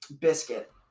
biscuit